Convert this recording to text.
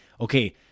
Okay